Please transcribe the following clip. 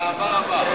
בגאווה רבה.